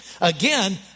Again